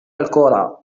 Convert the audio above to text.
الكرة